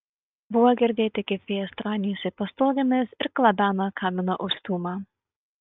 buvo girdėti kaip vėjas trainiojasi pastogėmis ir klabena kamino užstūmą